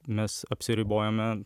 mes apsiribojame